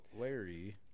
larry